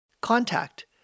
contact